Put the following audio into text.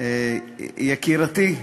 יקירתי,